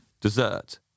Dessert